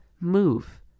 move